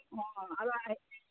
অঁ